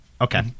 okay